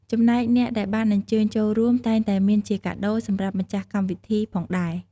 ចំណែកអ្នកដែលបានអញ្ជើញចូលរួមតែងតែមានជាកាដូរសម្រាប់ម្ចាស់កម្មវិធីផងដែរ។